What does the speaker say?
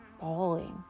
bawling